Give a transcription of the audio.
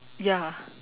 ya